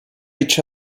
each